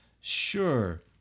sure